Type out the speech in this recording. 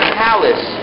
palace